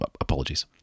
Apologies